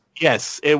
Yes